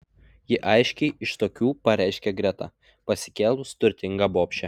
ji aiškiai iš tokių pareiškė greta pasikėlus turtinga bobšė